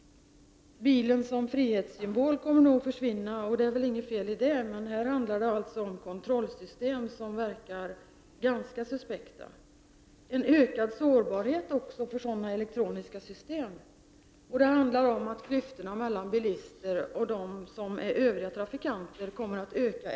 Bilen som frihetssymbol kommer nog att försvinna, och det är väl inget fel i det, men det handlar också om kontrollsystem som tycks vara ganska suspekta. Elektroniska system medför också ökad sårbarhet. Det handlar vidare om att klyftorna mellan bilister och övriga trafikanter kommer att öka.